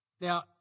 Now